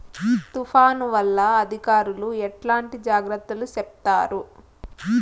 తుఫాను వల్ల అధికారులు ఎట్లాంటి జాగ్రత్తలు చెప్తారు?